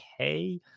okay